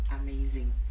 amazing